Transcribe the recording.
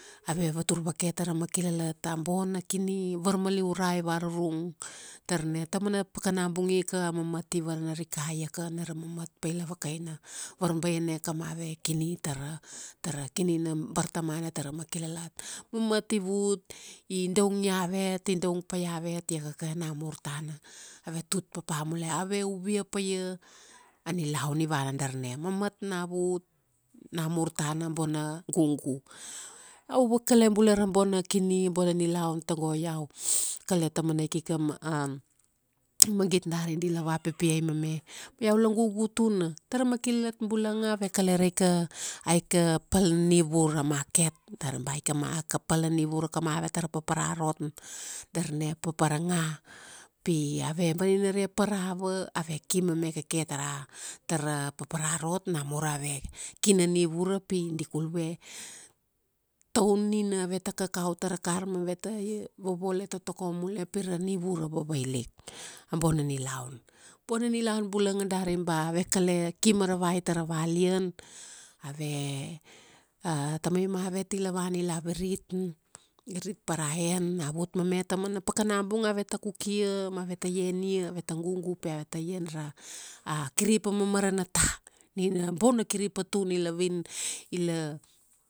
ave vatur vake tara makilalat, a bona kini varmaliurai varurung, darna taumana pakana bung ika a mamat i vana rikai, iaka na ra mamat paila vakaina varbaiane kamave kini tara, tara kini na bartamana tara makilalat. Mamat i vut, i daungia avet, i daung pa iavet, iakaka namur tana, ave tut papa mule. Ave uvia paia, a nilaun i vana darna. Mamamt na vut, namur tana, bona, gug. Iua kale bula ra bona kini bona nilaun tago iau kale taumana ikika ma, a magit dari di la vapipiai mame, ma iau la gugu tuna. Tara makilalat bulanga ave ale raika, aika pal na nivura, a market dari ba aika pal na nivura kamavet tara papara rot. Darna papara nga. Pi ave vaninare pa ra ava, ave ki mame kake tara, tara papara rot namur ave, ki na nivura pi, di kul vue, taun nina aveta kakau tara kar ma aveta ia, vovole totokom mule pi ra nivura vavailik. A bona nilaun. Bona nilaun bulanga dari ba ave kale, ki maravai tara valian, ave, a tamai mavet ila vana ila virit, virit pa ra en na vut mame. Tamana pakana bung aveta kukia ma aveta ian ia, aveta gugu pi aveta ian ra, a kiripa mamara nata. Nina a bona kiripa tuna ila win, ila